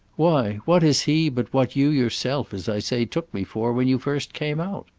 why, what is he but what you yourself, as i say, took me for when you first came out?